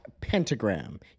Pentagram